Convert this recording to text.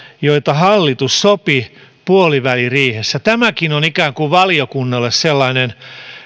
joita hallitus sopi puoliväliriihessä tämäkin on valiokunnalle ikään kuin sellainen